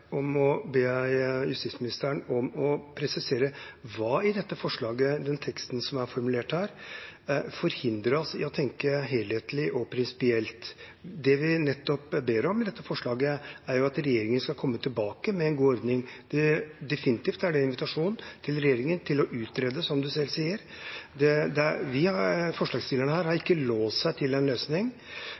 jeg justisministeren om å presisere: Hva i dette forslaget, i den teksten som er formulert her, hindrer oss i å tenke helhetlig og prinsipielt? Det vi ber om i dette forslaget, er at regjeringen skal komme tilbake med en god ordning. Definitivt er det en invitasjon til regjeringen til å utrede, som du selv sier. Forslagsstillerne har ikke låst seg til en løsning,